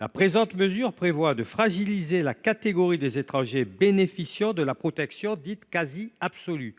Il prévoit en effet de fragiliser la catégorie des étrangers bénéficiant de la protection dite « quasi absolue